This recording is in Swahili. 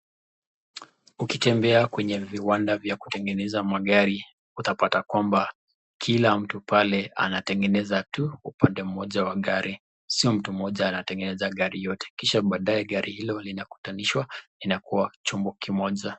Ukitembea kwenye viwanda vya kutengeneza magari utapata kwamba kila mtu pale anatengeneza tu upande mmoja wa gari. Sio mtu mmoja anatengeneza gari yote. Kisha baadaye gari hilo linakutanishwa linakuwa chombo kimoja.